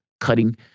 cutting